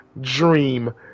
Dream